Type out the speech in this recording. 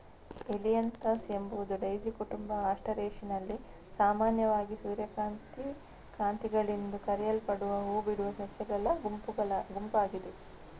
Helianthus ಎಂಬುದು daisy ಕುಟುಂಬ ಆಸ್ಟರೇಸಿಯಲ್ಲಿ ಸಾಮಾನ್ಯವಾಗಿ ಸೂರ್ಯಕಾಂತಿಗಳೆಂದು ಕರೆಯಲ್ಪಡುವ ಹೂ ಬಿಡುವ ಸಸ್ಯಗಳ ಗುಂಪಾಗಿದೆ